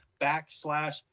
backslash